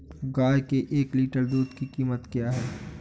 गाय के एक लीटर दूध की कीमत क्या है?